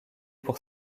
pour